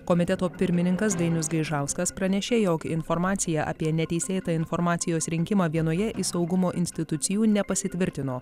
komiteto pirmininkas dainius gaižauskas pranešė jog informacija apie neteisėtą informacijos rinkimą vienoje iš saugumo institucijų nepasitvirtino